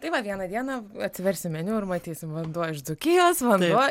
tai va vieną dieną atversim meniu ir matysim vanduo iš dzūkijos vanduo